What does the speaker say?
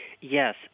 Yes